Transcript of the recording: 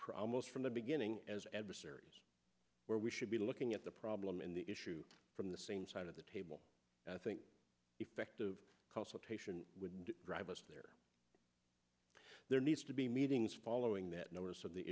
promised from the beginning as adversaries where we should be looking at the problem in the issue from the same side of the table and i think effective consultation would drive us there there needs to be meetings following that notice of the